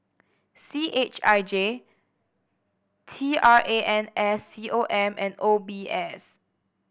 C H I J T R A N S C O M and O B S